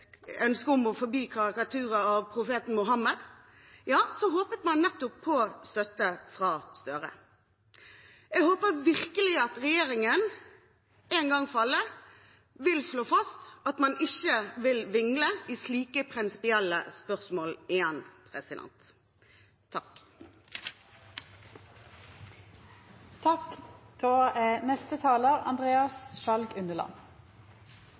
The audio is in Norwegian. ønsket om f.eks. å forby karikaturer av profeten Mohammed, håpet man nettopp på støtte fra Gahr Støre. – Jeg håper virkelig at regjeringen, en gang for alle, vil slå fast at man ikke vil vingle i slike prinsipielle spørsmål igjen. Oppgaven vår i denne sal er